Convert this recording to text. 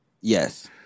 Yes